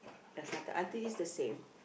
as nothing I think is the same